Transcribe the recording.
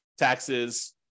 taxes